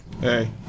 Hey